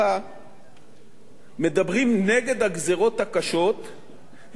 מדברים נגד הגזירות הקשות ונגד הבור שנוצר בתקציב.